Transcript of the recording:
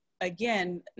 again